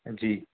جی